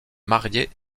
marié